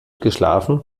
geschlafen